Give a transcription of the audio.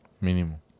Mínimo